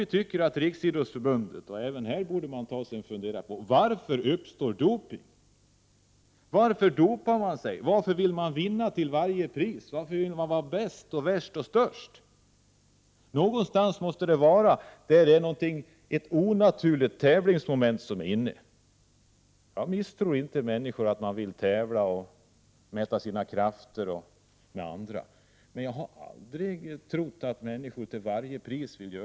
Vi tycker att Riksidrottsförbundet borde ta sig en funderare: Varför dopar man sig? Varför vill man vinna till varje pris? Varför vill man vara bäst, värst och störst? Någonstans måste det finnas ett onaturligt tävlingsmoment. Jag misstror inte människor som vill tävla och mäta sina krafter med andra, men jag har aldrig trott att människor vill göra det till varje pris.